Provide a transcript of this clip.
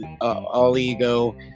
All-Ego